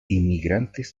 inmigrantes